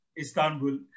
Istanbul